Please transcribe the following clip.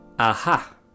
Aha